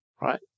right